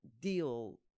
deal